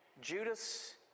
judas